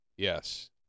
Yes